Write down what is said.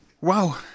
Wow